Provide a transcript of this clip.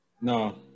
No